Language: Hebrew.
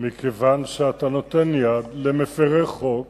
מכיוון שאתה נותן יד למפירי חוק